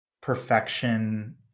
Perfection